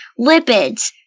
lipids